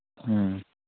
ꯎꯝ